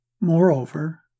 Moreover